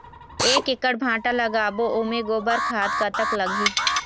एक एकड़ भांटा लगाबो ओमे गोबर खाद कतक लगही?